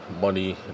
money